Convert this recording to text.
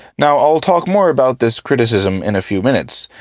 now, i'll talk more about this criticism in a few minutes,